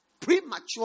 Premature